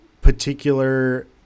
particular